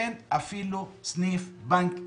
אין אפילו סניף בנק אחד.